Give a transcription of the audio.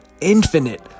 infinite